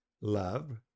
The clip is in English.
love